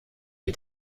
mit